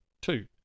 Two